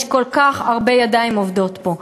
יש כל כך הרבה ידיים עובדות פה,